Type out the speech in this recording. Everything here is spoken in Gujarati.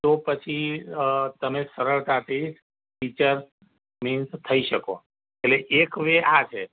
તો પછી અ તમે સરળતાથી ટીચર મીન્સ થઈ શકો એટલે એક વે આ છે